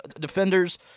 defenders